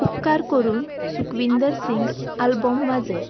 उपकार करून सुखविंदर सिंग आल्बम वाजय